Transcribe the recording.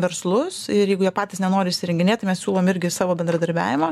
verslus ir jeigu jie patys nenori įsirenginėt tai mes siūlom irgi savo bendradarbiavimą